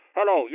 Hello